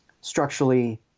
Structurally